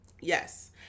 Yes